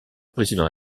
président